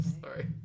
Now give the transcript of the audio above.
Sorry